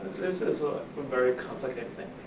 this is a very complicated thing.